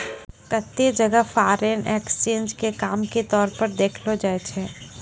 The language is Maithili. केत्तै जगह फॉरेन एक्सचेंज के काम के तौर पर देखलो जाय छै